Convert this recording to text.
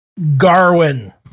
Garwin